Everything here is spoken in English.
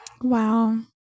Wow